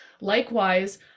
Likewise